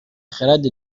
خرد